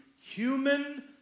human